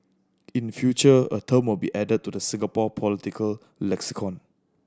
in future a term will be added to the Singapore political lexicon